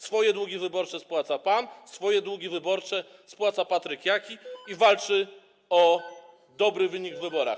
Swoje długi wyborcze spłaca pan, swoje długi wyborcze spłaca Patryk Jaki i walczy o dobry wynik w wyborach.